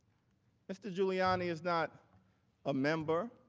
mr. giuliani is not a member